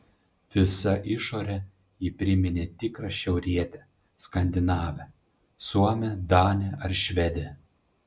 visa išore ji priminė tikrą šiaurietę skandinavę suomę danę ar švedę